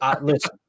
Listen